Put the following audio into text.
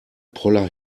poller